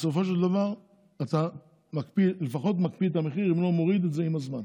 בסופו של דבר אתה לפחות מקפיא את המחיר אם לא מוריד אותו עם הזמן.